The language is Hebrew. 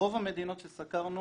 ברוב המדינות שסקרנו,